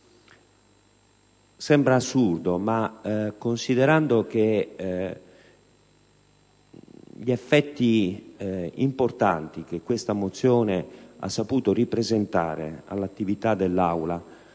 sembra assurdo considerando gli effetti importanti che questa mozione ha saputo ripresentare all'attività dell'Aula,